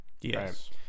Yes